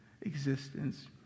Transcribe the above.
existence